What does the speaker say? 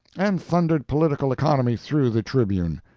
and thundered political economy through the tribune.